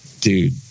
Dude